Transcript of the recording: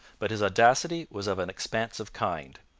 but his audacity was of an expansive kind,